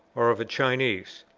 or of a chinese.